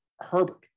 Herbert